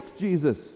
Jesus